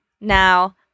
Now